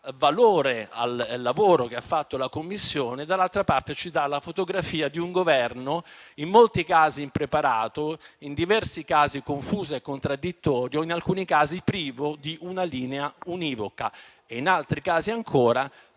valore al lavoro che ha fatto la Commissione, dall'altra, ci dà la fotografia di un Governo in molti casi impreparato, in diversi casi confuso e contraddittorio, in alcuni casi privo di una linea univoca e in altri casi ancora